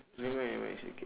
nevermind nevermind it's okay